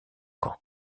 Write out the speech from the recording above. camp